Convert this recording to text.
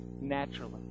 naturally